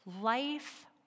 Life